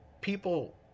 people